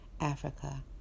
Africa